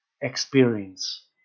experience